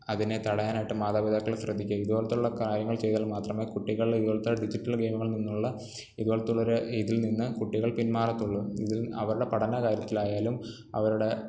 അതിനെ തടയാനായിട്ട് മാതാപിതാക്കൾ ശ്രദ്ധിക്കുക ഇതുപോലത്തുള്ള കാര്യങ്ങൾ ചെയ്താൽ മാത്രമേ കുട്ടികൾ ഇതുപോലത്തെ ഡിജിറ്റൽ ഗെയിമുകളിൽ നിന്നുള്ള ഇതു പോലത്തുള്ളൊരു ഇതിൽ നിന്ന് കുട്ടികൾ പിന്മാറത്തുള്ളു ഇതിൽ അവരുടെ പഠന കാര്യത്തിലായാലും അവരുടെ